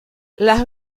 las